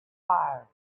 fire